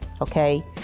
okay